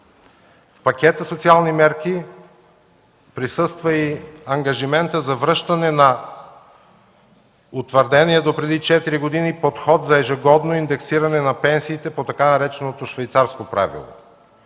В пакета от социални мерки присъства и ангажиментът за връщане на утвърдения до преди четири години подход за ежегодно индексиране на пенсиите по тъй нареченото „швейцарско правило”.